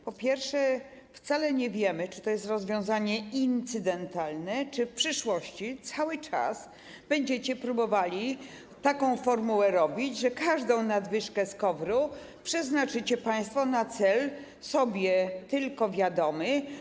Po pierwsze, wcale nie wiemy, czy to jest rozwiązanie incydentalne, czy w przyszłości cały czas będziecie próbowali taką formułę robić, że każdą nadwyżkę z KOWR-u przeznaczycie państwo na cel sobie tylko wiadomy.